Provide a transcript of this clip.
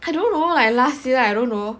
I don't know like last year I don't know